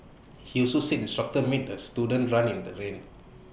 he also said the instructor made the student run in the rain